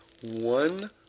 one